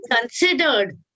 considered